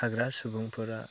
थाग्रा सुबुंफोरा